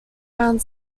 around